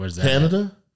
Canada